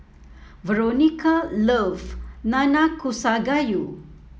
Veronica love Nanakusa Gayu